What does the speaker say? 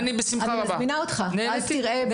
אני מזמינה אותך ותראה.